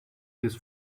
this